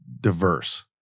diverse